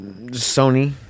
Sony